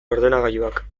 ordenagailuak